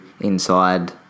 inside